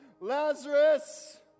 Lazarus